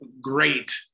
great